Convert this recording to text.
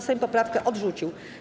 Sejm poprawkę odrzucił.